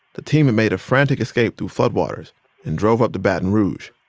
the team had made a frantic escape through floodwaters and drove up to baton rouge.